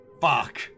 fuck